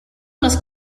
los